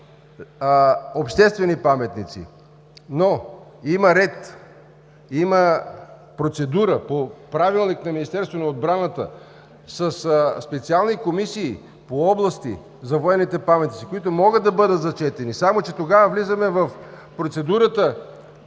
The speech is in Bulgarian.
обществени паметници, но има ред, има процедура по Правилник на Министерството на отбраната със специални комисии по области за военните паметници, които могат да бъдат зачетени, само че тогава влизаме в процедурата